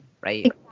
right